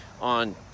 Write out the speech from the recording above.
on